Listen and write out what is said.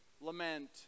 lament